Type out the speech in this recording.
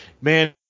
man